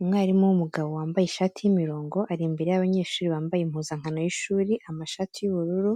Umwarimu w'umugabo wambaye ishati y'imirongo, ari imbere y'abanyeshuri bambaye impuzankano y'ishuri, amashati y'ubururu